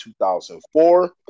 2004